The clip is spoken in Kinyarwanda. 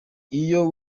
iyo